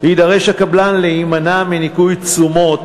על כך יידרש הקבלן להימנע מניכוי תשומות